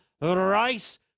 rice